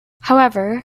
however